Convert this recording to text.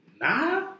Nah